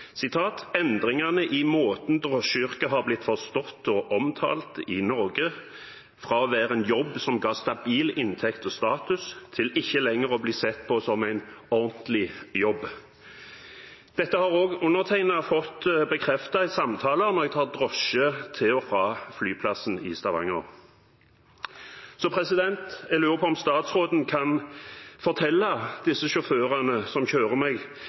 endringene i måten drosjeyrket har blitt forstått og omtalt i Norge, fra å være en jobb som ga både stabil inntekt og status, til å ikke lenger bli sett på som en «ordentlig» jobb». Dette har også undertegnede fått bekreftet i samtaler når jeg tar drosje til og fra flyplassen i Stavanger. Jeg lurer på om statsråden kan fortelle disse sjåførene som kjører meg,